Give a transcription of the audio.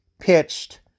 pitched